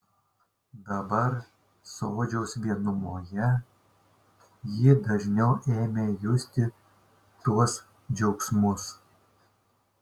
dabar sodžiaus vienumoje ji dažniau ėmė justi tuos džiaugsmus